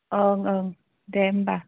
ओं ओं दे होमबा